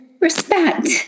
respect